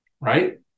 right